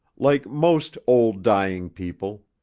like most old dying people,